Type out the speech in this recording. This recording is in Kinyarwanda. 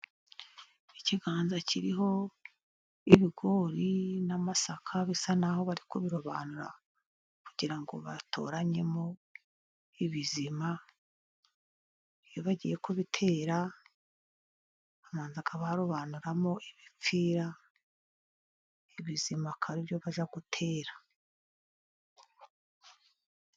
Ikiganza kiriho ibigori n'amasaka bisa n'aho bari kubirobanura, kugira ngo batoranyemo ibizima, iyo bagiye kubitera babanza barobanuramo ibipfira, ibizima akaba ari byo bajya gutera.